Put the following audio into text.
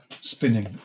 spinning